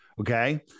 Okay